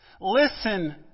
Listen